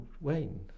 Wayne